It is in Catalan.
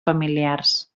familiars